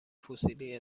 فسیلی